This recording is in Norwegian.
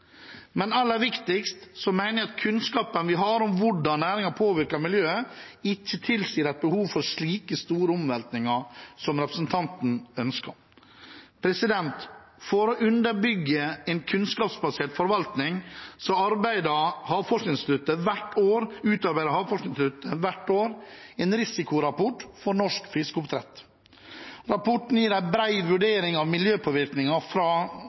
Men det aller viktigste, mener jeg, er at kunnskapen vi har om hvordan næringen påvirker miljøet, ikke tilsier et behov for slike store omveltninger som representanten ønsker. For å underbygge en kunnskapsbasert forvaltning utarbeider Havforskningsinstituttet hvert år en risikorapport for norsk fiskeoppdrett. Rapporten gir en bred vurdering av miljøpåvirkninger fra